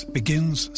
begins